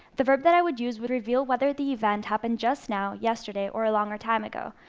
the verb that i would use would reveal whether the event happened just now, yesterday or a longer time ago,